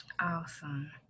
awesome